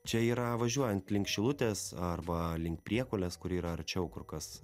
čia yra važiuojant link šilutės arba link priekulės kuri yra arčiau kur kas